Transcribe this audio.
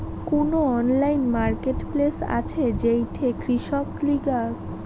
কুনো online marketplace আছে যেইঠে কৃষকগিলা উমার মালপত্তর সরাসরি বিক্রি করিবার পারে?